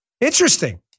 Interesting